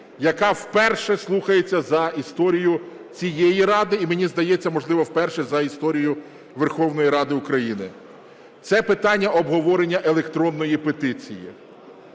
яка вперше слухається за історію цієї Ради і, мені здається, можливо, вперше за історію Верховної Ради України. Це питання обговорення електронної петиції.